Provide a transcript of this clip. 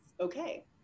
okay